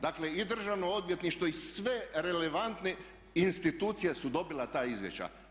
Dakle, i Državno odvjetništvo i sve relevantne institucije su dobile ta izvješća.